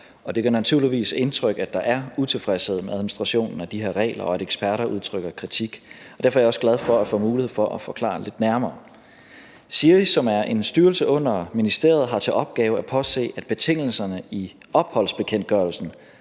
det gør naturligvis indtryk, at der er utilfredshed med administrationen af de her regler, og at eksperter udtrykker kritik, og derfor er jeg også glad for at få mulighed for at forklare lidt nærmere. SIRI, som er en styrelse under ministeriet, har til opgave at påse, at betingelserne i opholdsbekendtgørelsen,